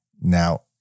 Now